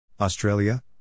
Australia